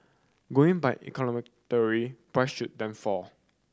going by economic theory price should then fall